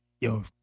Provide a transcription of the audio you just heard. yo